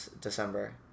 December